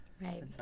Right